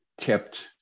kept